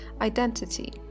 identity